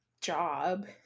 Job